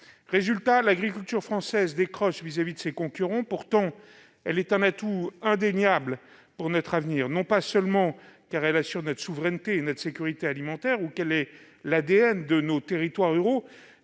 Résultat, l'agriculture française décroche par rapport à ses concurrents. Pourtant, elle est un atout indéniable pour notre avenir, non seulement parce qu'elle assure notre souveraineté et notre sécurité alimentaire, et qu'elle est l'ADN de nos territoires ruraux,